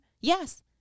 Yes